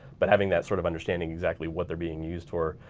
but having that sort of understanding exactly what they're being used for.